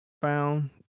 found